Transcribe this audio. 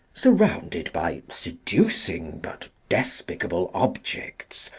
surrounded by seducing, but despicable objects,